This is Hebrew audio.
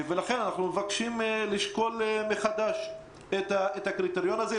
ולכן אנחנו מבקשים לשקול מחדש את הקריטריון הזה.